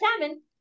salmon